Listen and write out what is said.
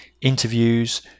interviews